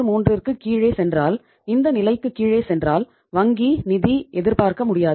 33 க்குக் கீழே சென்றால் இந்த நிலைக்கு கீழே சென்றால் வங்கி நிதி எதிர்பார்க்க முடியாது